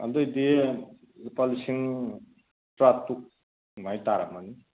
ꯑꯗꯣꯏꯗꯤ ꯂꯨꯄꯥ ꯂꯤꯁꯤꯡ ꯇꯔꯥ ꯇꯔꯨꯛ ꯑꯗꯨꯃꯥꯏ ꯇꯥꯔꯝꯃꯅꯤ